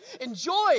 enjoy